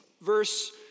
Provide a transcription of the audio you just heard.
verse